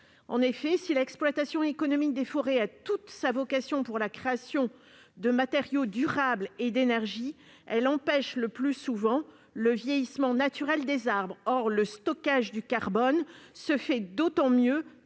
En effet, si l'exploitation économique des forêts a toute sa vocation pour la création de matériaux durables et d'énergie, elle empêche le plus souvent le vieillissement naturel des arbres. Or le stockage du carbone se réalise d'autant mieux